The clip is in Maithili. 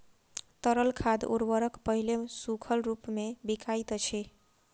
तरल खाद उर्वरक पहिले सूखल रूपमे बिकाइत अछि